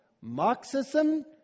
Marxism